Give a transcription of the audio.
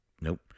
Nope